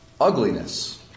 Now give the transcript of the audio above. ugliness